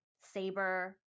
Saber